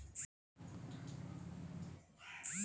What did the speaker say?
Harvesting, post harvesting తేడా ఏంటి?